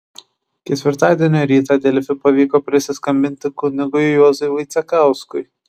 ketvirtadienio rytą delfi pavyko prisiskambinti kunigui juozui vaicekauskui